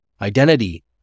identity